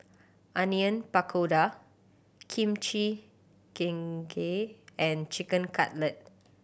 Onion Pakora Kimchi Jjigae and Chicken Cutlet